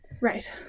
Right